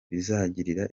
bizagirira